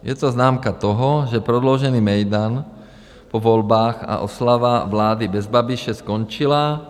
Je to známka toho, že prodloužený mejdan po volbách a oslava vlády bez Babiše skončila.